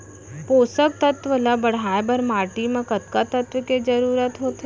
पोसक तत्व ला बढ़ाये बर माटी म कतका तत्व के जरूरत होथे?